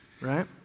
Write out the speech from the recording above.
right